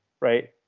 Right